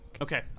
Okay